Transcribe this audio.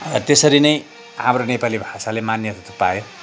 त्यसरी नै हाम्रो नेपाली भाषाले मान्यता पायो